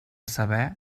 saber